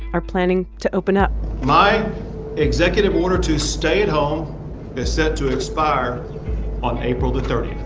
are planning to open up my executive order to stay at home is set to expire on april the thirty.